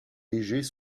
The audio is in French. légers